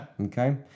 Okay